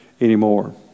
anymore